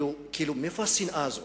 מאיפה השנאה הזאת?